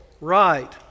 right